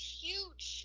huge